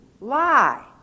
lie